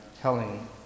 telling